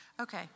okay